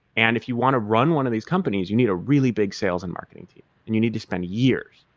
and if you want to run one of these companies, you need a really big sales and marketing team and you need to spend years.